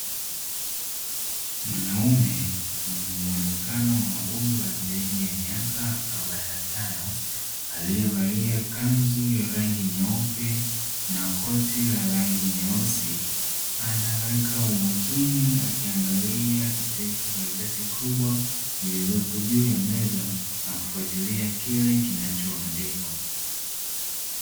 Mwanaume mwenye muonekano wa umri wa zaidi ya miaka arobaini na tano aliyevalia kanzu ya rangi nyeupe na koti la rangi nyeusi anaweka umakini akiangalia katika karatasi kubwa iliyopo juu ya meza na kufuatilia kile kinachoandikwa.